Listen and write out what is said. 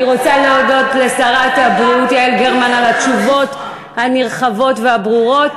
אני רוצה להודות לשרת הבריאות יעל גרמן על התשובות הנרחבות והברורות.